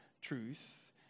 truth